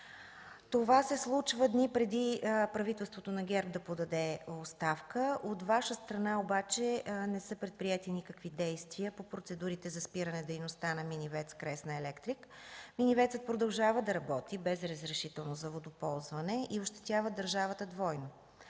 Това се случва дни преди правителството на ГЕРБ да подаде оставка. От Ваша страна обаче не са предприети никакви действия по процедурите за спиране на дейността на мини ВЕЦ „Кресна Електрик”. Мини ВЕЦ-ът продължава да работи без разрешително за водоползване и ощетява държавата двойно.